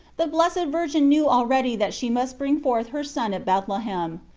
the blessed virgin knew already that she must bring forth her son at bethlehem,